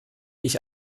ich